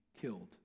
killed